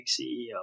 CEO